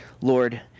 Lord